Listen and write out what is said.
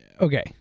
Okay